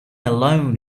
alone